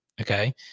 Okay